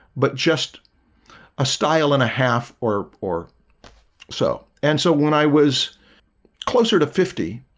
but just a style and a half or or so and so when i was closer to fifty.